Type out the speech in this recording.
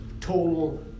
total